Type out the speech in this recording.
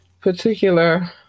particular